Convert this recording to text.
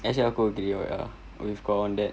that's why aku agree ah with kau on that